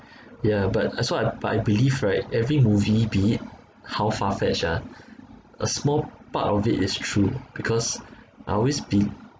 yeah but that's why I but I believe right every movie be it how far fetched ah a small part of it is true because I always be